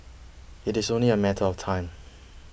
it is only a matter of time